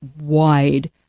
wide